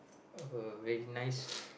uh very nice